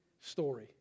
story